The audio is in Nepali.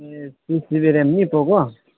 ए सिक्स जिबी ऱ्याम नि पोको